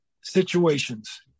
situations